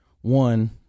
one